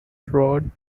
road